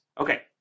okay